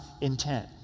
intent